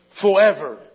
forever